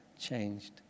changed